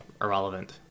irrelevant